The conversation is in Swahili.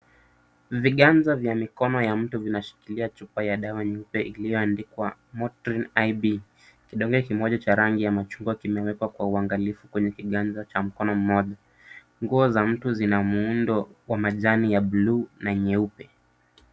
Viganja vya mikono ya mtu vinashikilia chupa ya dawa nyeupe iliyoandikwa motrin ib. Kidonge kimoja cha rangi ya machungwa kimewekwa kwa uangalifu kwenye kiganja cha mkono mmoja. Nguo za mtu zina muundo wa majani ya bluu na nyeupe.